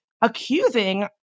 accusing